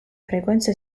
frequenza